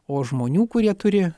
o žmonių kurie turi